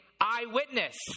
eyewitness